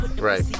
Right